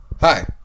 Hi